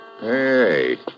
Hey